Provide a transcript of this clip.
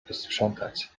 posprzątać